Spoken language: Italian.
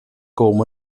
come